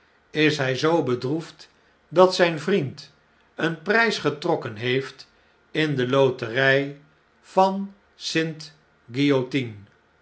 is hij zoo bedroefd dat zyn vriend een prjjs getrokken heeft in de loterjj van